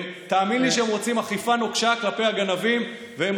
תאמין לי שהם רוצים אכיפה נוקשה כלפי הגנבים והם